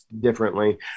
differently